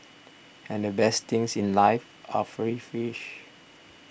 and the best things in life are free fish